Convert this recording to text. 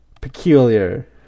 peculiar